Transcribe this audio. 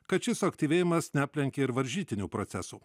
kad šis suaktyvėjimas neaplenkė ir varžytinių procesų